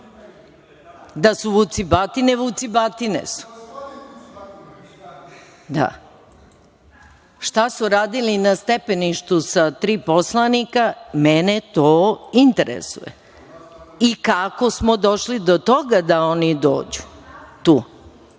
Da su vucibatine - vucibatine su. Šta su radili na stepeništu sa tri poslanika? Mene to interesuje. I kako smo došli do toga da oni dođu i